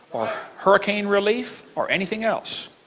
hurricane relief, or anything else.